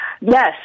Yes